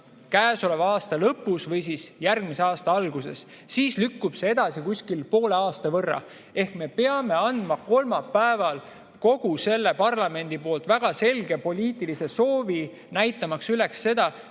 käesoleva aasta lõpus või järgmise aasta alguses, vaid siis lükkub see edasi kuskil poole aasta võrra. Ehk me peame andma kolmapäeval kogu selle parlamendi poolt väga selge poliitilise soovi, näitamaks üles seda,